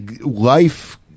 life